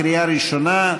לקריאה ראשונה.